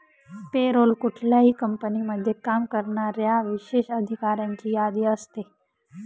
पे role कुठल्याही कंपनीमध्ये काम करणाऱ्या विशेष अधिकाऱ्यांची यादी असते